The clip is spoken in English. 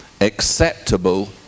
acceptable